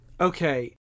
Okay